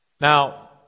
Now